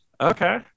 Okay